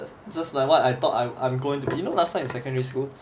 just like what I thought I'm I'm going to be you know last time in secondary school